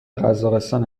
قزاقستان